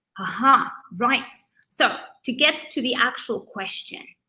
aha, right. so to get to the actual question,